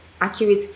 accurate